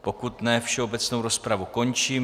Pokud ne, všeobecnou rozpravu končím.